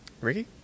Ricky